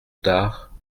tard